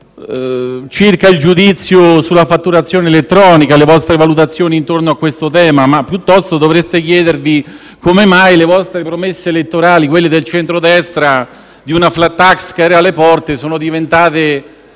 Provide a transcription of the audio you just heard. domande circa il giudizio sulla fatturazione elettronica e sulle vostre valutazioni intorno a questo tema; piuttosto dovreste chiedervi come mai le vostre promesse elettorali, quelle del centrodestra, di una *flat tax* che era alle porte, sono diventate